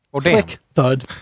Thud